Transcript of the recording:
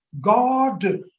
god